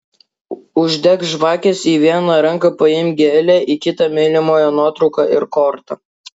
uždek žvakes į vieną ranką paimk gėlę į kitą mylimojo nuotrauką ir kortą